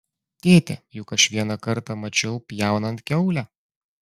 tėte juk aš vieną kartą mačiau pjaunant kiaulę